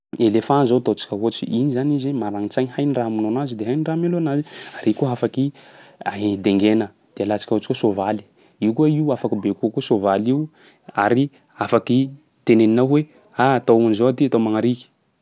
Eléphant zao ataontsika ohatsy, igny zany izy marani-tsaigny. Hainy raha hamono anazy, hainy raha hamelo anazy. Ary i koa afaky ahi- dengena. De alantsika ohatsy koa soavaly, io koa io afaky baikoa koa io soavaly io ary afaky teneninao hoe: ah! atao an'zao ty, atao magnariky.